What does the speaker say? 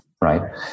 right